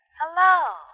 hello